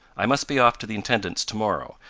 i must be off to the intendant's to-morrow,